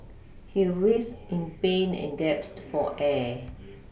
he writhed in pain and gasped for air